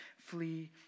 flee